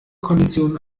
konditionen